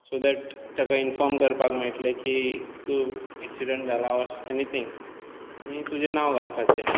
so that ताका inform करपाक मेळटलें की तूं एक्सीडेंट जाला ऑर एनीथिंग आनी तुजें नांव घालपाचें